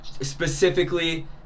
specifically